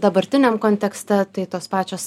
dabartiniam kontekste tai tos pačios